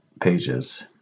pages